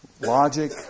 Logic